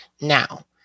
now